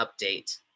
update